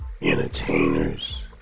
entertainers